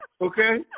okay